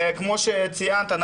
וכמו שציינת,